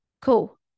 cool